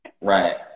Right